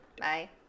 Bye